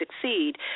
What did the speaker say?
succeed